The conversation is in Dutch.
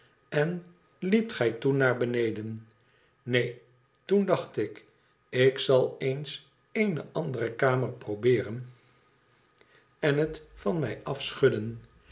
en liept gij toen naar beneden neen toen dacht ik ik zal eens eene andere kamer probeeren en het van mij afschudden